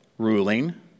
ruling